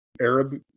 Arab